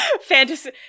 Fantasy